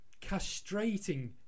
castrating